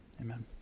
Amen